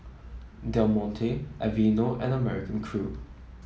Del Monte Aveeno and American Crew